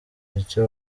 icyo